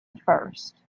first